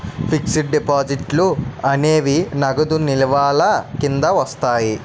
fixed డిపాజిట్లు అనేవి నగదు నిల్వల కింద వస్తాయి